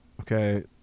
Okay